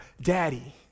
Daddy